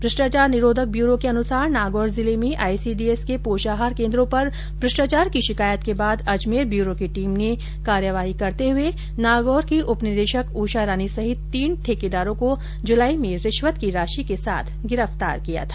भ्रष्टाचार निरोधक ब्यूरो के अनुसार नागौर जिले में आईसीडीएस के पोषाहार केंद्रों पर भ्रष्टाचार की शिकायत के बाद अजमेर ब्यूरो की टीम ने कार्यवाही करते हुए नागौर की उपनिदेशक ऊषा रानी सहित तीन ठेकेदारों को जुलाई में रिश्वत की राशि के साथ गिरफ्तार किया था